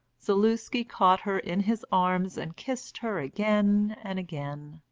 zaluski caught her in his arms and kissed her again and again.